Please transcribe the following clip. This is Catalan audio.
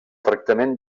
tractament